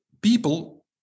people